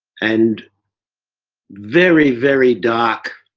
and very, very dark,